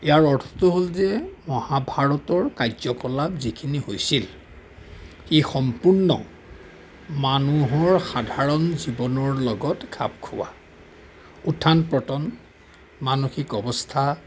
ইয়াৰ অৰ্থটো হ'ল যে মহাভাৰতৰ কাৰ্যকলাপ যিখিনি হৈছিল ই সম্পূৰ্ণ মানুহৰ সাধাৰণ জীৱনৰ লগত খাপ খোৱা উত্থান পতন মানসিক অৱস্থা